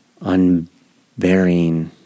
unbearing